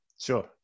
sure